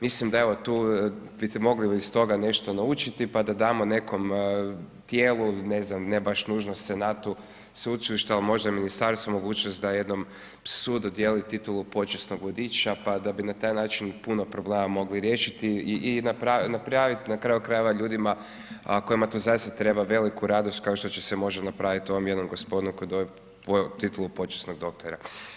Mislim da evo tu bi mogli iz toga nešto naučiti pa da damo nekom tijelu ne znam, ne baš nužno Senatu sveučilišta, možda ministarstvu mogućnost da jednom psu dodijeli titulu počasnog vodiča pa da bi na taj način puno problema mogli riješiti i napraviti na kraju krajeva ljudima kojima to zaista treba veliku radost kao što se može napraviti ovom jednom gospodinu koji je dobio titulu počasnog doktora.